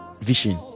vision